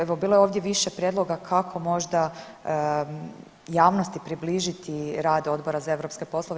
Evo bilo je ovdje više prijedloga kako možda javnosti približiti rad Odbora za europske poslove.